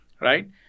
right